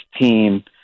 team